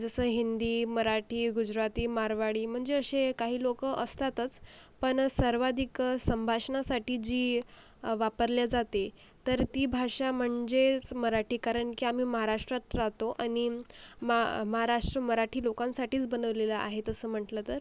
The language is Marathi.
जसं हिंदी मराठी गुजराती मारवाडी म्हणजे असे काही लोक असतातच पण सर्वाधिक संभाषणासाठी जी वापरल्या जाते तर ती भाषा म्हणजेच मराठी कारण की आम्ही महाराष्ट्रात राहतो आणि महा महाराष्ट्र मराठी लोकांसाठीच बनवलेला आहे तसं म्हटलं तर